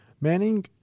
Manning